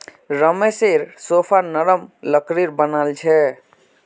रमेशेर सोफा नरम लकड़ीर बनाल छ